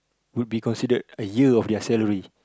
would be considered a year of their salary